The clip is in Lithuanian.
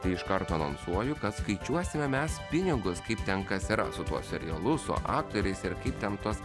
tai iškart anonsuoju skaičiuosime mes pinigus kaip ten kas yra su tuo serialu su aktoriais ir kaip ten tuos